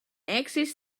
access